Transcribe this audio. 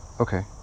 okay